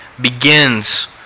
begins